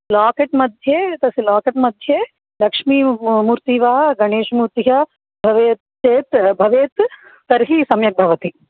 locket मध्ये तस्य locket मध्ये लक्ष्मी मूर्तिः वा गणेशमूर्तिः वा भवेत् चेत् भवेत् तर्हि सम्यक् भवति